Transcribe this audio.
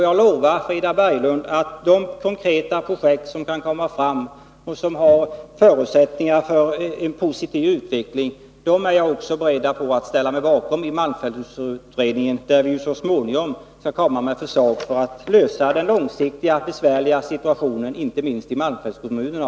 Jag lovar Frida Berglund att de konkreta projekt som kan komma fram och som har förutsättningar för en positiv utveckling är jag också beredd att ställa mig bakom i malmfältsutredningen, där vi så småningom skall komma fram med förslag för att lösa den långsiktiga, besvärliga situationen inte minst i malmfältskommunerna.